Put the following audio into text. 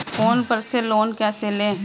Phone पर से loan कैसे लें?